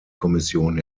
kommission